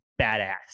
badass